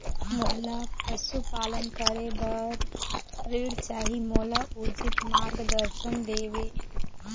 मोला पशुपालन करे बर ऋण चाही, मोला उचित मार्गदर्शन देव?